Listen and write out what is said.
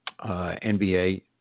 nba